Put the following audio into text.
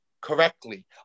correctly